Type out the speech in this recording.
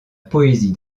poésie